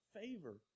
favor